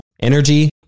energy